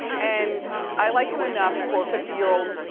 and i like him enough for fifty year old,